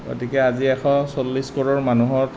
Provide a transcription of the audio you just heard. গতিকে আজি এশ চল্লিছ কৌৰৰ মানুহৰ